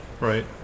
Right